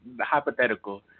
hypothetical